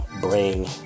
bring